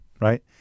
right